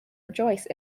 rejoice